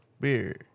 Beer